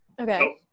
Okay